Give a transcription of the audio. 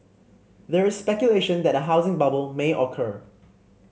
there is speculation that a housing bubble may occur